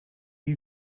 you